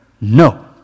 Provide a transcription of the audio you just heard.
No